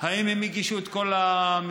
האם הם הגישו את כל המסמכים?